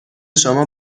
شما